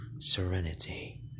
serenity